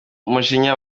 mujinya